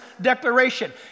declaration